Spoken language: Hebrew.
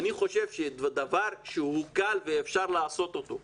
אני חושב שזה דבר שהוא קל ואפשר לעשות אותו,